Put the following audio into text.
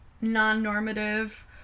non-normative